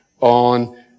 on